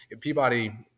Peabody